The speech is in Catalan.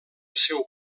seu